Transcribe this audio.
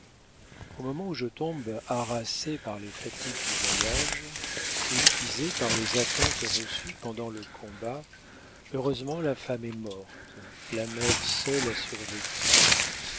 au moment où je tombe harassée par les fatigues du voyage épuisée par les atteintes reçues pendant le combat heureusement la femme est morte la mère seule a survécu